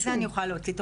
את זה אני יכולה להוציא.